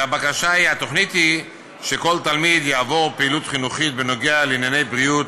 התוכנית היא שכל תלמיד יעבור פעילות חינוכית בנוגע לענייני בריאות,